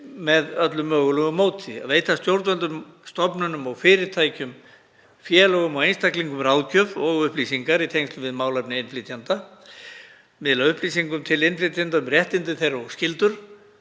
með öllu mögulegu móti, að veita stjórnvöldum, stofnunum, fyrirtækjum, félögum og einstaklingum ráðgjöf og upplýsingar í tengslum við málefni innflytjenda, miðla upplýsingum til innflytjenda um réttindi þeirra og skyldur